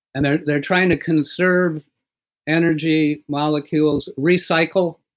and they're they're trying to conserve energy, molecules, recycle